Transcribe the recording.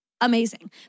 amazing